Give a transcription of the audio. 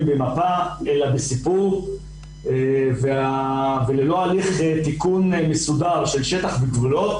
במפה אלא בסיפור וללא הליך תיקון מסודר של שטח גבולות.